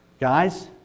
Guys